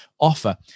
offer